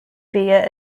via